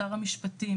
שר המשפטים,